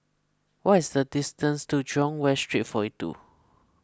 what is the distance to Jurong West Street forty two